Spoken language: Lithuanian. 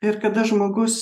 ir kada žmogus